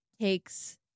takes